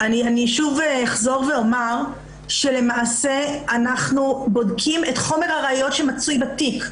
אני שוב אחזור ואומר שלמעשה אנחנו בודקים את חומר הראיות שנמצא בתיקים.